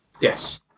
Yes